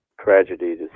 tragedy